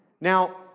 Now